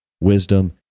wisdom